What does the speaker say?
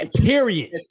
Period